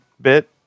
bit